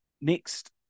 next